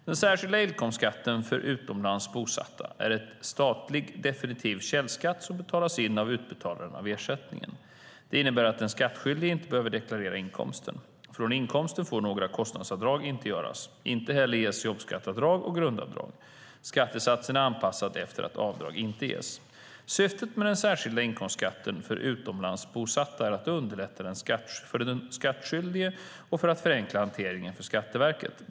Den särskilda inkomstskatten för utomlands bosatta är en statlig definitiv källskatt som betalas in av utbetalaren av ersättningen. Det innebär att den skattskyldige inte behöver deklarera inkomsten. Från inkomsten får några kostnadsavdrag inte göras. Inte heller ges jobbskatteavdrag och grundavdrag. Skattesatsen är anpassad efter att avdrag inte ges. Syftet med den särskilda inkomstskatten för utomlands bosatta är att underlätta för den skattskyldige och förenkla hanteringen för Skatteverket.